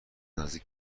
نزدیک